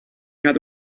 had